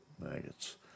maggots